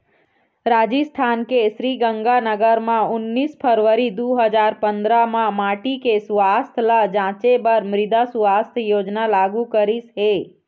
राजिस्थान के श्रीगंगानगर म उन्नीस फरवरी दू हजार पंदरा म माटी के सुवास्थ ल जांचे बर मृदा सुवास्थ योजना लागू करिस हे